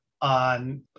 on